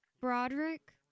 Broderick